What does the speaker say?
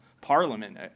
parliament